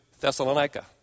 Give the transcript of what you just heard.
Thessalonica